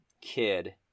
kid